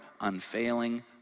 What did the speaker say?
unfailing